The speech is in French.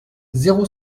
zéro